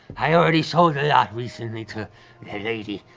i already sold a lot recently to the lady.